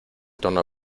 tono